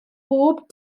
bob